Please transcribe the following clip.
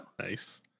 nice